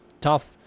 tough